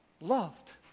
loved